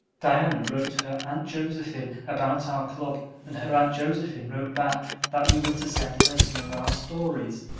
diana wrote her aunt josephine about our club and her aunt josephine wrote back that we were to send her some of our stories.